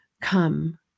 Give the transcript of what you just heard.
come